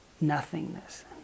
nothingness